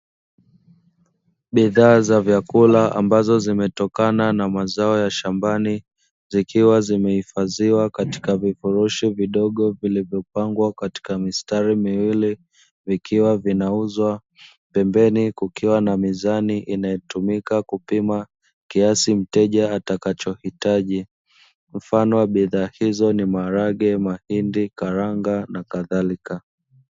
Bidhaa za vyakula ambazo zimetokana na mazao ya shambani zikiwa zimehifadhiwa katika vifurushi vidogo vilivyopangwa katika mistari miwili vikiwa vinauzwa, pembeni kukiwa na mizani inayotumika kupima kiasi mteja atakachohitaji, mfano wa bidhaa hizo ni maharage, mahindi, karanga nakadhalika.